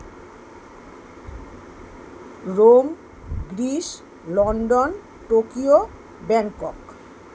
Rome Greece London Tokyo Bangkok